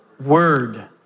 word